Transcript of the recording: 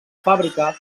fàbrica